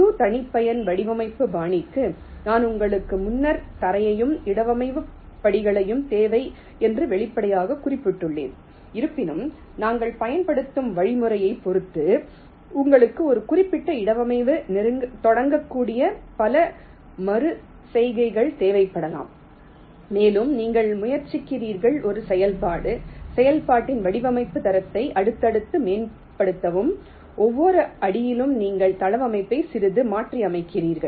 முழு தனிப்பயன் வடிவமைப்பு பாணிக்கு நான் உங்களுக்கு முன்னர் தரையையும் இடவமைவு படிகளையும் தேவை என்று வெளிப்படையாகக் குறிப்பிட்டுள்ளேன் இருப்பினும் நாங்கள் பயன்படுத்தும் வழிமுறையைப் பொறுத்து உங்களுக்கு ஒரு குறிப்பிட்ட இடவமைவுடன் தொடங்கக்கூடிய பல மறு செய்கைகள் தேவைப்படலாம் மேலும் நீங்கள் முயற்சிக்கிறீர்கள் ஒரு செயல்பாட்டு செயல்பாட்டில் வடிவமைப்பு தரத்தை அடுத்தடுத்து மேம்படுத்தவும் ஒவ்வொரு அடியிலும் நீங்கள் தளவமைப்பை சிறிது மாற்றியமைக்கிறீர்கள்